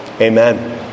amen